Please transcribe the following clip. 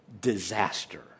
disaster